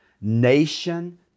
nation